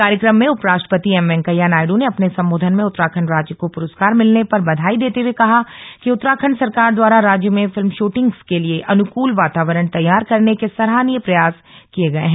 कार्यक्रम में उपराष्ट्रपति एम वेंकैया नायडू ने अपने सम्बोधन में उत्तराखण्ड राज्य को पुरस्कार भिलने पर बधाई देते हये कहा कि उत्तराखण्ड सरकार द्वारा राज्य में फिल्म शटिंगों के लिए अनुकल वातावरण तैयार करने के सराहनीय प्रयास गये हैं